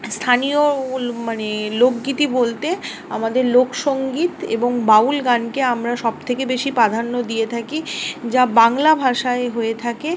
স্থানীয় মানে লোকগীতি বলতে আমাদের লোকসঙ্গীত এবং বাউল গানকে আমরা সব থেকে বেশি প্রাধান্য দিয়ে থাকি যা বাংলা ভাষায় হয়ে থাকে